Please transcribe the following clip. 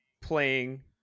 playing